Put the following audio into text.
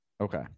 Okay